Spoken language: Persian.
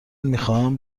میخواهم